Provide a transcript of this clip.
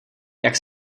jak